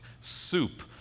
soup